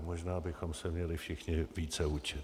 Možná bychom se měli všichni více učit.